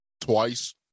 twice